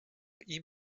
ihm